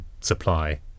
supply